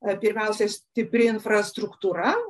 pirmiausiai stipri infrastruktūra